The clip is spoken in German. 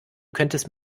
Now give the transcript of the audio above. könntest